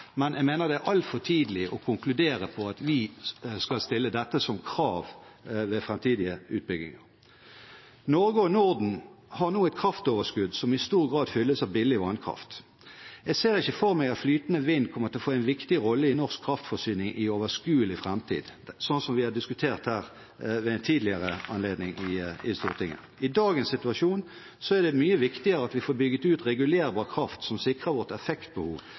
men jeg mener det er altfor tidlig å konkludere med at vi skal stille dette som krav ved framtidige utbygginger. Norge og Norden har nå et kraftoverskudd som i stor grad fylles av billig vannkraft. Jeg ser ikke for meg at flytende vind kommer til å få en viktig rolle i norsk kraftforsyning i overskuelig framtid, slik som vi har diskutert her i Stortinget ved en tidligere anledning. I dagens situasjon er det mye viktigere at vi får bygd ut regulerbar kraft som sikrer vårt effektbehov,